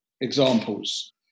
examples